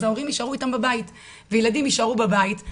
אז ההורים יישארו איתם בבית וילדים יישארו בבית.